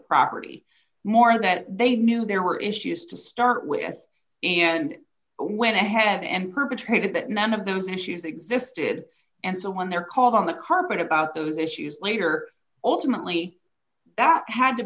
property more that they knew there were issues to start with and went ahead and perpetrated that none of those issues existed and so when they're called on the carpet about those issues later ultimately that had to